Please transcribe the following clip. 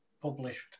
published